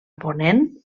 ponent